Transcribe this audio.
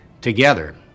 together